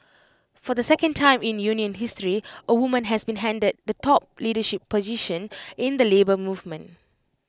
for the second time in union history A woman has been handed the top leadership position in the Labour Movement